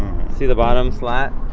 see the bottom slat?